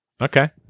Okay